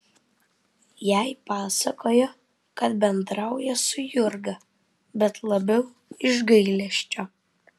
jai pasakojo kad bendrauja su jurga bet labiau iš gailesčio